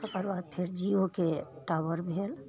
ओकरबाद फेर जिओके टावर भेल